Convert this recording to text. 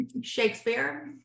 shakespeare